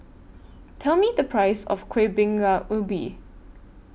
Tell Me The Price of Kueh Bingka Ubi